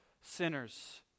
sinners